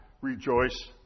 rejoice